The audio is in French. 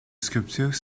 sculptures